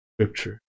scripture